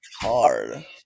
hard